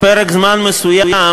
פרק זמן מסוים